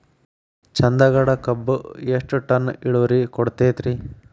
ಚಂದಗಡ ಕಬ್ಬು ಎಷ್ಟ ಟನ್ ಇಳುವರಿ ಕೊಡತೇತ್ರಿ?